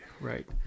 right